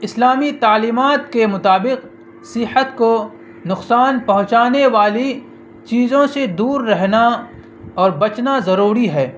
اسلامی تعلیمات کے مطابق صحت کو نقصان پہنچانے والی چیزوں سے دور رہنا اور بچنا ضروری ہے